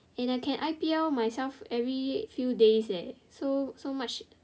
and I can I_P_L myself every few days leh so much